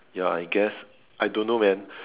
ya I guess I don't know man